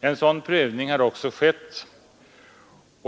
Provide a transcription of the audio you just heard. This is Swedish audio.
En sådan prövning har också gjorts.